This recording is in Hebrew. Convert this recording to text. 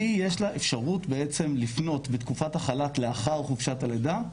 יש לה אפשרות בעצם לפנות בתקופת החל"ת לאחר חופשת הלידה,